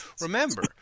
remember